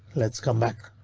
let's come back.